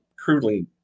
crudely